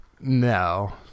No